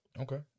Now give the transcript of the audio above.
Okay